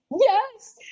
yes